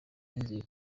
nizeye